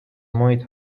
ومحیط